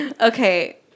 Okay